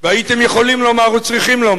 והייתם יכולים לומר